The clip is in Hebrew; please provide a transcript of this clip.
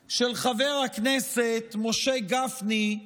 דִמְסַיֵּעַ של חבר הכנסת משה גפני,